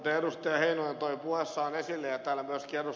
heinonen toi puheessaan esille ja myöskin ed